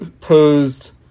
posed